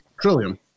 Trillium